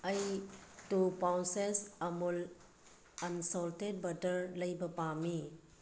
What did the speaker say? ꯑꯩ two ounces ꯑꯥꯃꯨꯜ unsalted butter ꯂꯩꯕ ꯃꯥꯝꯃꯤ